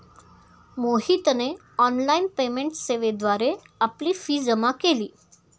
मोहितने online payment सेवेद्वारे आपली फी जमा केली